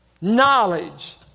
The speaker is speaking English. Knowledge